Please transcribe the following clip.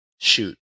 Shoot